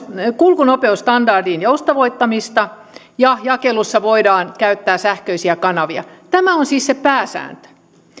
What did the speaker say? kulkunopeusstandardiin joustavoittamista ja sitä että jakelussa voidaan käyttää sähköisiä kanavia tämä on siis se pääsääntö